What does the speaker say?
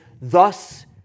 thus